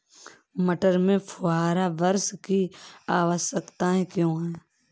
मटर में फुहारा वर्षा की आवश्यकता क्यो है?